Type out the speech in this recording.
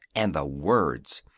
and the words!